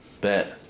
Bet